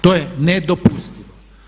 To je nedopustivo!